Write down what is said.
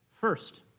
First